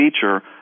feature